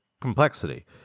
complexity